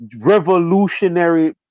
revolutionary